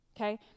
okay